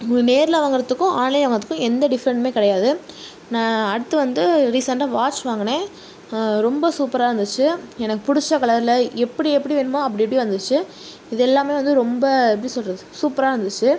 நேரில் வாங்கறதுக்கும் ஆன்லைனில் வாங்கறதுக்கும் எந்த டிஃபரெண்டுமே கிடையாது நான் அடுத்து வந்து ரீசெண்டாக வாட்ச் வாங்கினேன் ரொம்ப சூப்பராக இருந்துச்சு எனக்கு பிடிச்ச கலரில் எப்படி எப்படி வேணுமோ அப்படி அப்படி வந்துச்சு இதுயெல்லாமே வந்து ரொம்ப எப்படி சொல்கிறது சூப்பராக இருந்துச்சு